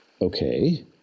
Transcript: okay